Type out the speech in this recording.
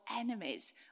enemies